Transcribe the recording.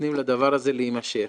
נותנים לדבר הזה להימשך.